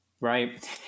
Right